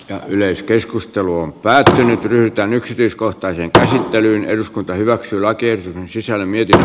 ja yleiskeskustelun päätökseen yhtään yksityiskohtaiseen käsittelyyn eduskunta hyväksyy laki ei tällä kertaa